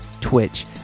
Twitch